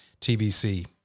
TBC